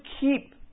keep